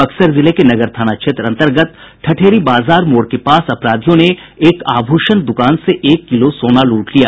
बक्सर जिले के नगर थाना क्षेत्र अंतर्गत ठठेरी बाजार मोड़ के पास अपराधियों ने एक आभूषण दुकान से एक किलो सोना लूट लिया